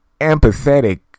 empathetic